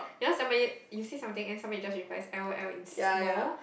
you know somebody you say something and somebody just replies L_O_L in small